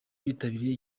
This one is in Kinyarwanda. bitabiriye